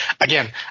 again